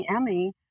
Emmy